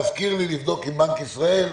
להזכיר לי לבדוק עם בנק ישראל,